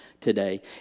today